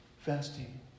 fasting